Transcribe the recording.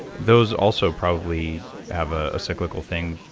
those also probably have a cyclical thing.